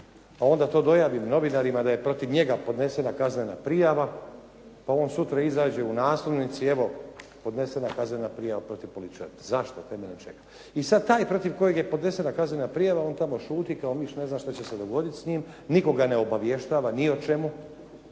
pa onda to dojavim novinarima da je protiv njega podnesena kaznena prijava pa on sutra izađe u naslovnici evo podnesena je kaznena prijava protiv političara. Zašto? Na temelju čega? I sad taj protiv kojeg je podnesena kaznena prijava on tamo šuti, kao ništa ne zna šta će se dogoditi s njime, nitko ga ne obavještava ni o čemu